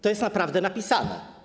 To jest naprawdę napisane.